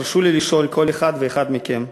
אז תרשו לי לשאול כל אחד ואחד מכם: